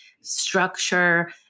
structure